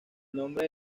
nombre